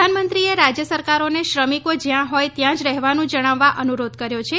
પ્રધાનમંત્રીએ રાજ્ય સરકારોને શ્રમિકો જ્યાં હોય ત્યાં જ રહેવાનું જણાવવા અનુરોધ કર્યો છે